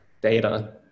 data